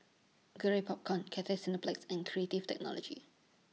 Garrett Popcorn Cathay Cineplex and Creative Technology